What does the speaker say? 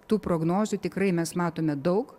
tų prognozių tikrai mes matome daug